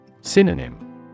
Synonym